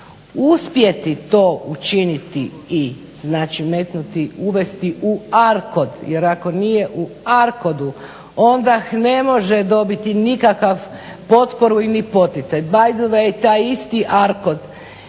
uspjeti to učiniti i znači umetnuti, uvesti u ARKOD, jer ako nije u ARKOD-u onda ne može dobiti nikakav potporu ili ni poticaj. Btw. taj isti ARKOD